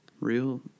real